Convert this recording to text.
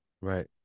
Right